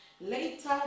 Later